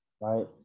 right